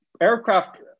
aircraft